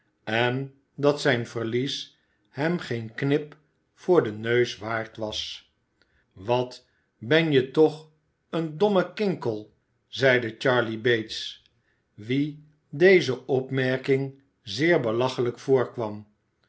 en dat zijn verlies hem geen knip voor den neus waard was wat ben je toch een domme kinkel zeide charley bates wien deze opmerking zeer belachelijk voorkwam